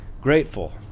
grateful